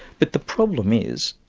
but the problem is,